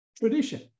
tradition